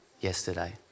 yesterday